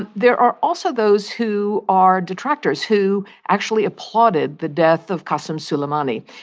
there are also those who are detractors who actually applauded the death of qassem soleimani.